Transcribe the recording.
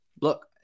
look